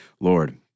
Lord